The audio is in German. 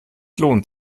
lohnt